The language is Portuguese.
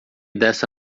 dessa